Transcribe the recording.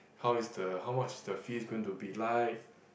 how is the how much is the fees going to be like